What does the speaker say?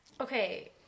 Okay